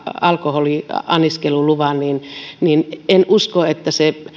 alkoholin anniskeluluvan en usko että se